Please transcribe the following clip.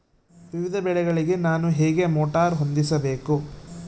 ವಿವಿಧ ಬೆಳೆಗಳಿಗೆ ನಾನು ಹೇಗೆ ಮೋಟಾರ್ ಹೊಂದಿಸಬೇಕು?